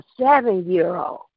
seven-year-old